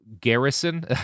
Garrison